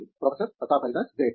professor Pratap Haridas great